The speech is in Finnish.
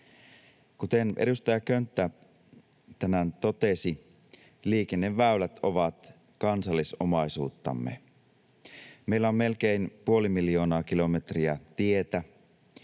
Kuten edustaja Könttä tänään totesi, liikenneväylät ovat kansallis-omaisuuttamme. Meillä on melkein puoli miljoonaa kilometriä tietä,